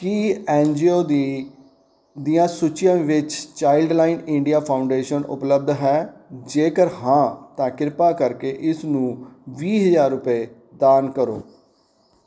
ਕੀ N G O ਦੀ ਦੀਆਂ ਸੂਚੀਆ ਵਿੱਚ ਚਾਈਲਡ ਲਾਈਨ ਇੰਡੀਆ ਫਾਊਂਡੇਸ਼ਨ ਉਪਲੱਬਧ ਹੈ ਜੇਕਰ ਹਾਂ ਤਾਂ ਕਿਰਪਾ ਕਰਕੇ ਇਸ ਨੂੰ ਵੀਹ ਹਜ਼ਾਰ ਰੁਪਏ ਦਾਨ ਕਰੋ